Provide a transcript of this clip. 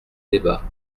débat